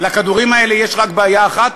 לכדורים האלה יש רק בעיה אחת,